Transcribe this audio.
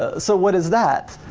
ah so what is that?